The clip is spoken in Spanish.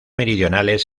meridionales